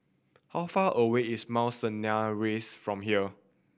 how far away is Mount Sinai Rise from here